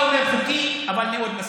אתה אומר חוקי, אבל מאוד מסריח.